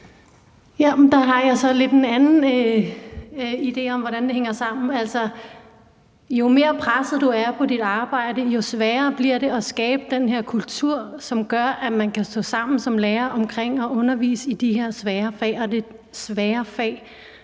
Der har jeg så lidt en anden idé om, hvordan det hænger sammen. Altså, jo mere presset du er på dit arbejde, jo sværere bliver det at skabe den her kultur, som gør, at man som lærere kan stå sammen om at undervise i de her svære fag og emner, og